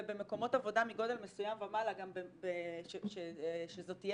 ובמקומות עבודה מגודל מסוים ומעלה גם שזו תהיה